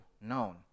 known